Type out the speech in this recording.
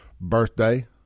birthday